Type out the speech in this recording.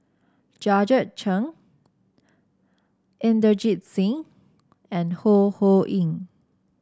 Georgette Chen Inderjit Singh and Ho Ho Ying